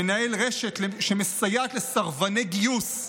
שמנהל רשת שמסייעת לסרבני גיוס,